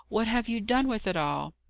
what have you done with it all?